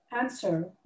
answer